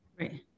right